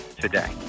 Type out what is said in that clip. today